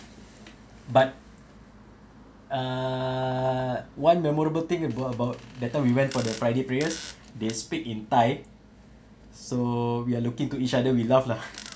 but err one memorable thing about about that time we went for the friday prayers they speak in thai so we are looking to each other we laugh lah